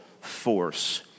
force